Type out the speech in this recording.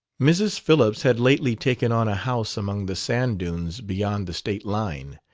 mrs. phillips had lately taken on a house among the sand dunes beyond the state line.